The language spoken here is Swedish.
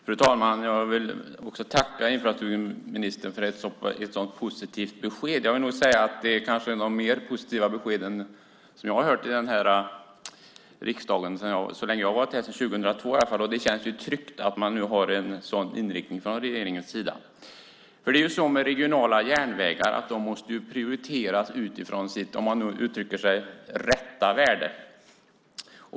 Fru talman! Jag vill också tacka infrastrukturministern för ett sådant positivt besked. Det är kanske det mest positiva beskedet sedan jag kom in i riksdagen 2002. Det känns tryggt att man har en sådan inriktning från regeringens sida. Regionala järnvägar måste prioriteras utifrån deras "rätta" värde.